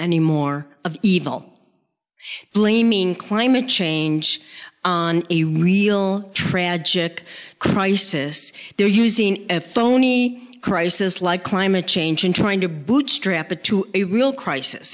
anymore of evil blaming climate change on a real tragic crisis they're using a phony crisis like climate change and trying to bootstrap it to a real crisis